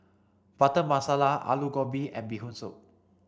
Butter Masala Aloo Gobi and Bee Hoon Soup